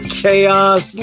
chaos